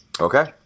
Okay